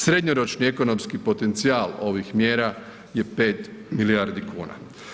Srednjoročni ekonomski potencijal ovih mjera je 5 milijardi kuna.